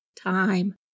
time